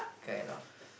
kind of